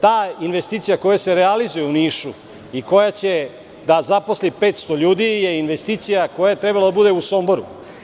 Ta investicija koja se realizuje u Nišu i koja će da zaposli 500 ljudi je investicija koja je trebalo da bude u Somboru.